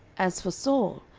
as for saul,